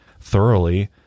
thoroughly